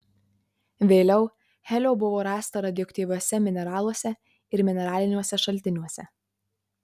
vėliau helio buvo rasta radioaktyviuose mineraluose ir mineraliniuose šaltiniuose